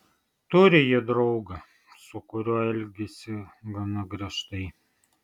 turi ji draugą su kuriuo elgiasi gana griežtai